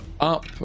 up